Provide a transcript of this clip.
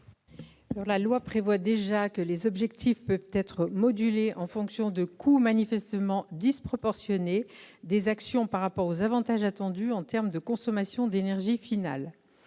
de loi prévoit déjà que les objectifs peuvent être modulés en fonction de coûts manifestement disproportionnés des actions par rapport aux avantages attendus en termes de consommation d'énergie finale.